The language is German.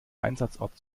einsatzort